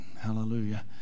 hallelujah